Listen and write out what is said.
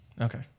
Okay